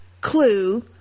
clue